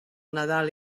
nadal